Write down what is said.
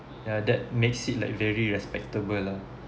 yeah that makes it like very respectable lah